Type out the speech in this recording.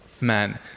man